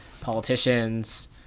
politicians